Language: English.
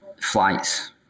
flights